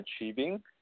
achieving